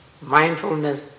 mindfulness